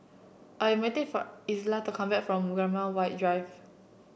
I waiting for Isla to come back from Graham White Drive